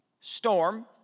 Storm